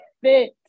fit